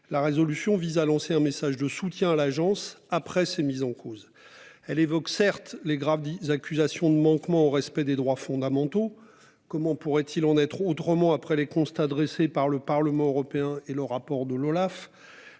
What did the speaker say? la résolution vise à lancer un message de soutien à l'agence après ces mises en cause. Elle évoque certes les graves 10 accusations de manquement au respect des droits fondamentaux. Comment pourrait-il en être autrement après les constats dressés par le Parlement européen et le rapport de l'Olaf.